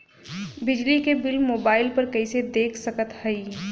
बिजली क bill mobile पर कईसे देख सकत हई?